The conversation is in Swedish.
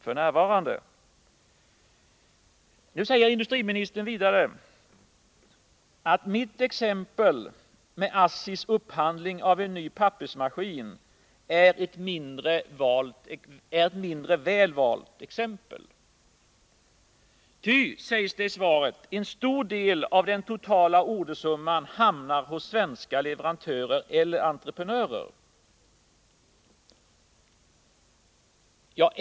Industriministern säger vidare att mitt exempel på ASSI:s upphandling av pappersmaskin är ett mindre väl valt exempel, ty, heter det i svaret, en stor del av den totala ordersumman hamnar hos svenska leverantörer eller entreprenörer.